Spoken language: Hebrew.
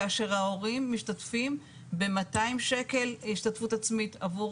כאשר ההורים משתתפים ב-200 שקל השתתפות עצמית עבור